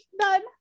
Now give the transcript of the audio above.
Done